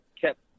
kept